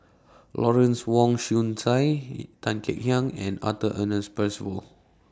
Lawrence Wong Shyun Tsai Tan Kek Hiang and Arthur Ernest Percival